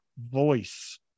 voice